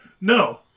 No